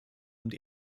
und